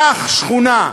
קח שכונה,